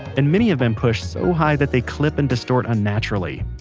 and many have been pushed so high that they clip and distort unnaturally.